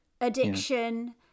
addiction